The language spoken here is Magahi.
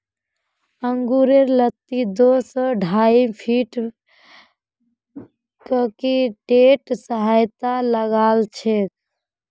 अंगूरेर लत्ती दो स ढाई फीटत कंक्रीटेर सहारात लगाछेक